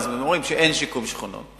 אז הם אומרים שאין שיקום שכונות,